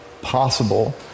possible